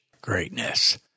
greatness